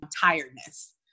tiredness